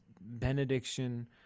benediction